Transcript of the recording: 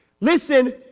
Listen